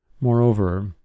Moreover